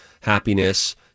happiness